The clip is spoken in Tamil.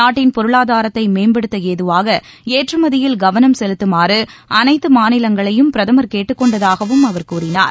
நாட்டின் பொருளாதாரத்தை மேம்படுத்த ஏதுவாக ஏற்றுமதியில் கவனம் செலுத்தமாறு அனைத்து மாநிலங்களையும் பிரதமர் கேட்டுக் கொண்டதாகவும் அவர் கூறினார்